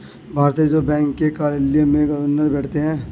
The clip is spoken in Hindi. भारतीय रिजर्व बैंक के कार्यालय में गवर्नर बैठते हैं